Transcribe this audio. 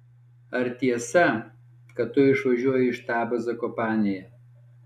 ar tiesa kad tu išvažiuoji į štabą zakopanėje